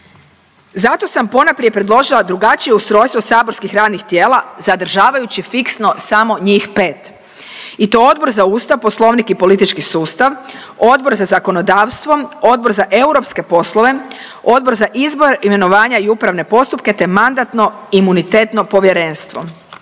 Zato sam ponajprije predložila drugačije ustrojstvo saborskih radnih tijela zadržavajući fiksno samo njih pet i to Odbor za Ustav, poslovnik i politički sustav, Odbor za zakonodavstvo, Odbor za europske poslove, Odbor za izbor, imenovanja i upravne postupke te Mandatno-imunitetno povjerenstvo.